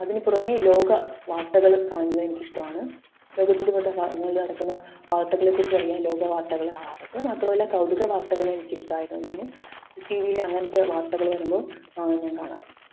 അതിനു പുറമേ ലോക വാർത്തകൾ കാണുന്നത് എനിക്കിഷ്ടമാണ് ലോകത്തിൻ്റെ വിവിധ ഭാഗങ്ങളിൽ നടക്കുന്ന വാർത്തകളെക്കുറിച്ച് അറിയാൻ ലോക വാർത്തകൾ കാണാറുണ്ട് മാത്രവുമല്ല കൗതുക വാർത്തകളും എനിക്കിഷ്ട്ടമായതുകൊണ്ടുതന്നെ അത് ടിവിയിൽ അങ്ങനത്തെ വാർത്തകൾ വരുമ്പോൾ ഞാൻ കാണാറുണ്ട്